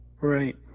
Right